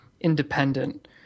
independent